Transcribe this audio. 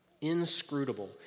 inscrutable